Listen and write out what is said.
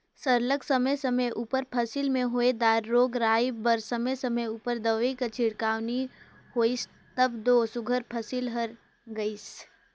सरलग समे समे उपर फसिल में होए दार रोग राई बर समे समे उपर दवई कर छिड़काव नी होइस तब दो सुग्घर फसिल हर गइस